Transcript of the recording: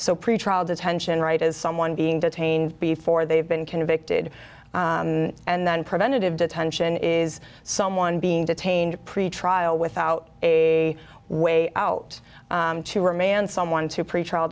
so pretrial detention right is someone being detained before they've been convicted and then preventative detention is someone being detained pretrial without a way out to remain and someone to pretrial